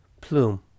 Plume